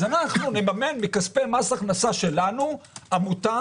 אז אנחנו נממן מכספי מס הכנסה שלנו עמותה